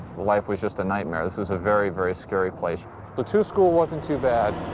life was just a nightmare, this is a very, very scary place the two school wasn't too bad.